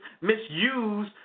misuse